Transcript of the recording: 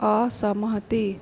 असहमति